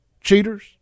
cheaters